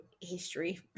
history